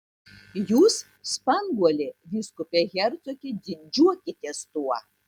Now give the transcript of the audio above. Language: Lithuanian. jūs spanguolė vyskupe hercoge didžiuokitės tuo